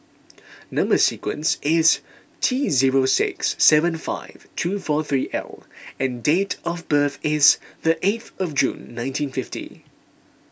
Number Sequence is T zero six seven five two four three L and date of birth is the eighth of June nineteen fifty